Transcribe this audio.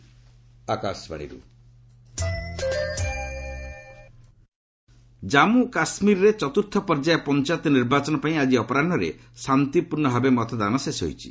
J and K panchayat Jammu କାଶ୍ମୀରର ଚତ୍ର୍ଥ ପର୍ଯ୍ୟାୟ ପଞ୍ଚାୟତ ନିର୍ବାଚନ ପାଇଁ ଆଜି ଅପରାହ୍ରରେ ଶାନ୍ତିପୂର୍ଣ୍ଣ ଭାବେ ମତଦାନ ଶେଷ ହୋଇଛି